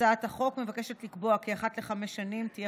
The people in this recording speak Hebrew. הצעת החוק מבקשת לקבוע כי אחת לחמש שנים תהיה